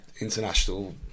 international